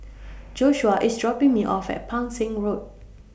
Joshua IS dropping Me off At Pang Seng Road